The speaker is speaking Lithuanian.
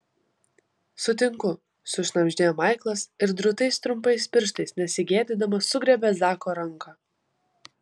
sutinku sušnabždėjo maiklas ir drūtais trumpais pirštais nesigėdydamas sugriebė zako ranką